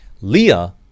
Leah